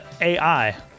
AI